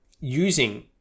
using